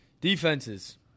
Defenses